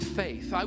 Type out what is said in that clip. faith